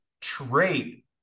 trait